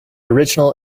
original